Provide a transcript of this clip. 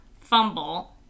fumble